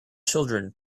children